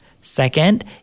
Second